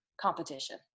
competition